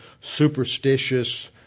superstitious